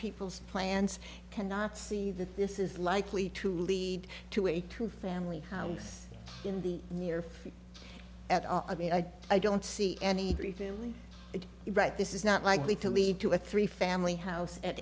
people's plans cannot see that this is likely to lead to a two family house in the near future at all i mean i i don't see anybody doing it right this is not likely to lead to a three family house at